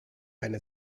eine